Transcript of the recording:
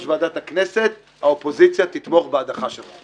ועדת הכנסת האופוזיציה תתמוך בהדחה שלך.